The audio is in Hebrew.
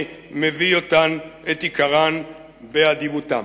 אני מביא את עיקרן באדיבותם.